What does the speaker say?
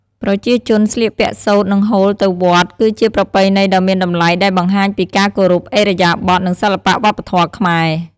ប្រជាជនស្លៀកពាក់សូត្រ និងហូលទៅវត្ត គឺជាប្រពៃណីដ៏មានតម្លៃដែលបង្ហាញពីការគោរព ឥរិយាបថ និងសិល្បៈវប្បធម៌ខ្មែរ។